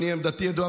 אגב,